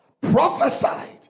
prophesied